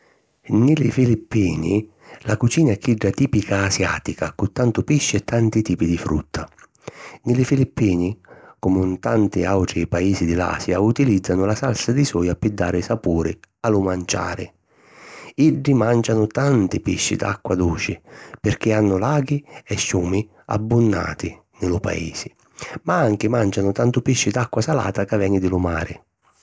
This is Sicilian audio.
Nni li Filippini, la cucina è chidda tìpica asiàtica cu tantu pisci e tanti tipi di frutta. Nni li Filippini, comu 'n tanti àutri paisi di l’Asia, utìlìzzanu la salsa di soia pi dari sapuri a lu manciari. Iddi màncianu tanti pisci d'acqua duci pirchì hannu laghi e ciumi abbunnanti nni lu Paisi, ma anchi màncianu tantu pisci d'acqua salata ca veni di lu mari.